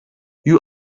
you